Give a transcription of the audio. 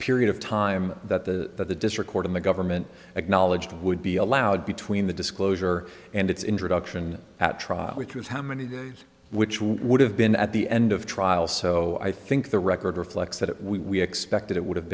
period of time that the that the district court in the government acknowledged would be allowed between the disclosure and its introduction at trial which was how many days which would have been at the end of trial so i think the record reflects that we expected it would have